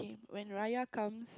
when raya comes